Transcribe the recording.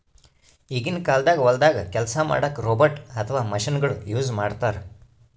ಈಗಿನ ಕಾಲ್ದಾಗ ಹೊಲ್ದಾಗ ಕೆಲ್ಸ್ ಮಾಡಕ್ಕ್ ರೋಬೋಟ್ ಅಥವಾ ಮಷಿನಗೊಳು ಯೂಸ್ ಮಾಡ್ತಾರ್